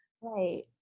Right